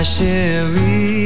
Sherry